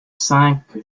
cinq